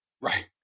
Right